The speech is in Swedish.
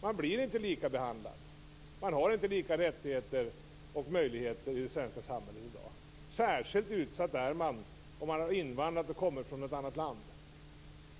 Man blir inte likadant behandlad. Man har inte lika rättigheter och möjligheter i det svenska samhället i dag. Särskilt utsatt är man om man har invandrat från något annat land.